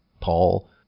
Paul